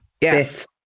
Yes